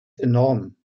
enorm